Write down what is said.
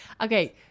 Okay